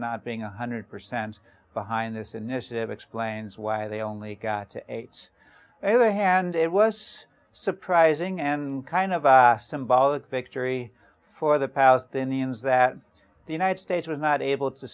not being one hundred percent behind this initiative explains why they only got eight other hand it was surprising and kind of a symbolic victory for the palestinians that the united states was not able to